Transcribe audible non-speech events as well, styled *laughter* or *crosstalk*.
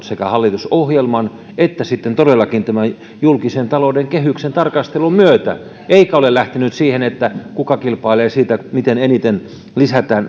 *unintelligible* sekä hallitusohjelman että sitten todellakin tämän julkisen talouden kehyksen tarkastelun myötä eikä ole lähtenyt siihen kuka kilpailee siitä miten eniten lisätään *unintelligible*